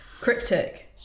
Cryptic